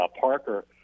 Parker